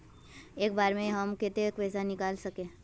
एक बार में हम केते पैसा निकल सके?